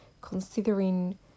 considering